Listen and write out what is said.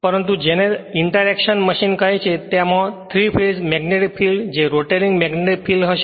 પરંતુ જેને interaction machine કહે છે માં 3 ફેજ મેગ્નીટિક ફિલ્ડ જે રોટેટિંગ મેગ્નીટિક ફિલ્ડ હશે